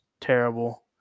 terrible